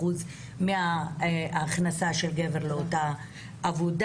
70% מההכנסה של גבר באותה עבודה,